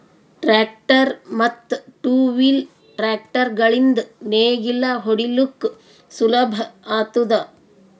tractor ಮತ್ತ್ two wheel tractor ಗಳಿಂದ್ ನೇಗಿಲ ಹೊಡಿಲುಕ್ ಸುಲಭ ಆತುದ